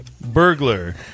Burglar